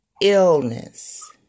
illness